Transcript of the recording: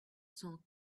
cent